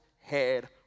head